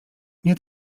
nie